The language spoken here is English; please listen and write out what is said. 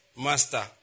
Master